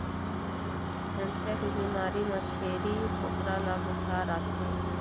anthrax बिमारी म छेरी बोकरा ल बुखार आथे